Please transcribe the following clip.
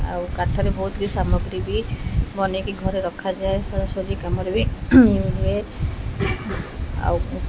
ଆଉ କାଠରେ ବହୁତ ବି ସାମଗ୍ରୀ ବି ବନେଇକି ଘରେ ରଖାଯାଏ ସଜାସଜି କାମରେ ବି ହୁଏ ଆଉ